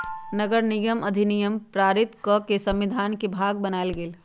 नगरनिगम अधिनियम पारित कऽ के संविधान के भाग बनायल गेल